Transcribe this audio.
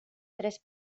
tres